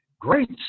great